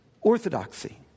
Orthodoxy